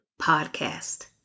podcast